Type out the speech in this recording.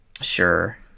Sure